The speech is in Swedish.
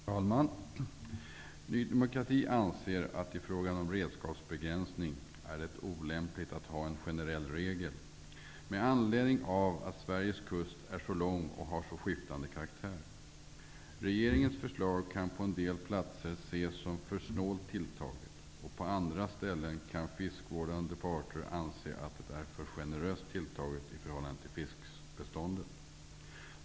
Herr talman! Ny demokrati anser att det är olämpligt att ha en generell regel i fråga om redskapsbegränsning med anledning av att Sveriges kust är så lång och har så skiftande karaktär. Regeringens förslag kan på en del platser ses som för snålt tilltaget, och på andra ställen kan fiskevårdande parter anse att det är för generöst tilltaget i förhållande till fiskbeståndet.